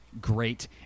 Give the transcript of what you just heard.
Great